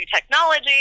technology